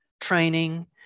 training